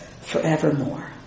forevermore